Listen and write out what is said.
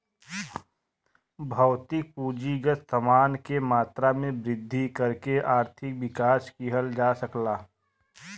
भौतिक पूंजीगत समान के मात्रा में वृद्धि करके आर्थिक विकास किहल जा सकला